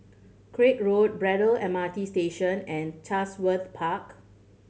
Craig Road Braddell M R T Station and Chatsworth Park